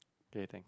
okay tha~